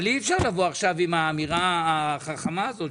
אבל אי אפשר לבוא עכשיו עם האמירה החכמה הזאת,